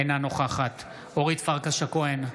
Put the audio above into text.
אינה נוכחת אורית פרקש הכהן,